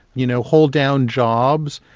you know hold down jobs,